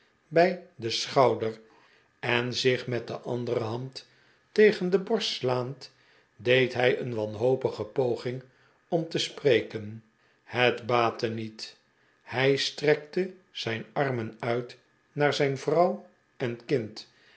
bij den schouder en zich met de andere hand tegen de borst slaand deed hij een wanhopige poging om te spreken het baatte niet hij strekte zijn armen uit naar zijn vrouw en kind